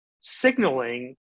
signaling